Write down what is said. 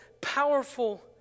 powerful